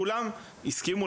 כולם הסכימו